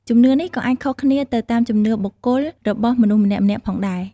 ជំនឿនេះក៏អាចខុសគ្នាទៅតាម ជំនឿបុគ្គល របស់មនុស្សម្នាក់ៗផងដែរ។